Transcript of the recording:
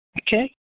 Okay